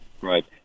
Right